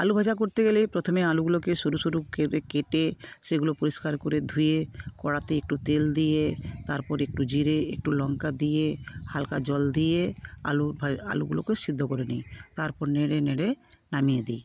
আলু ভাজা করতে গেলে প্রথমে আলু গুলোকে সরু সরু করে কেটে সেগুলো পরিষ্কার করে ধুয়ে কড়াতে একটু তেল দিয়ে তারপর একটু জিরে একটু লঙ্কা দিয়ে হালকা জল দিয়ে আলু আলুগুলোকে সিদ্ধ করে নিই তারপরে নেড়ে নেড়ে নামিয়ে দিই